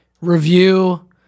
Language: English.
review